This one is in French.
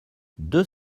deux